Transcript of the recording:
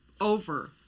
over